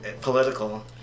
political